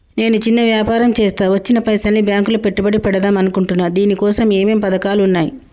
నేను చిన్న వ్యాపారం చేస్తా వచ్చిన పైసల్ని బ్యాంకులో పెట్టుబడి పెడదాం అనుకుంటున్నా దీనికోసం ఏమేం పథకాలు ఉన్నాయ్?